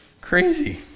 Crazy